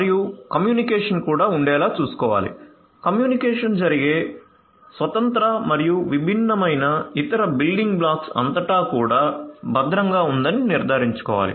మరియు కమ్యూనికేషన్ కూడా ఉండేలా చూసుకోవాలి కమ్యూనికేషన్ జరిగే స్వతంత్ర మరియు విభిన్నమైన ఇతర బిల్డింగ్ బ్లాక్స్ అంతటాకూడా భద్రంగా ఉందని నిర్ధారించుకోవాలి